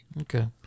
Okay